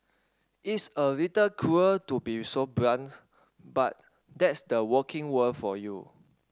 it's a little cruel to be so blunt but that's the working world for you